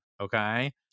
okay